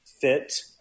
Fit